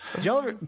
y'all